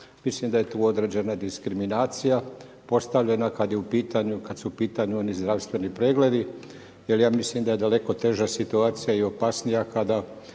mislim da je tu određena diskriminacija postavljena kad je u pitanju oni zdravstveni pregledi, jer ja mislim da je daleko teža situacija i opasnija kada